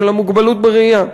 של המוגבלות בראייה.